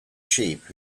sheep